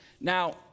Now